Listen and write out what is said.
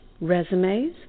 resumes